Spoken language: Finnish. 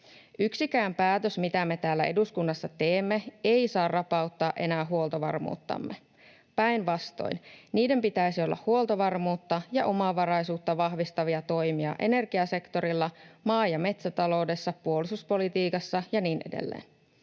Yksikään päätös, mitä me täällä eduskunnassa teemme, ei saa rapauttaa enää huoltovarmuuttamme. Päinvastoin niiden pitäisi olla huoltovarmuutta ja omavaraisuutta vahvistavia toimia energiasektorilla, maa- ja metsätaloudessa, puolustuspolitiikassa ja niin edelleen.